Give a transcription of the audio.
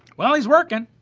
well, he's workin'.